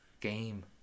game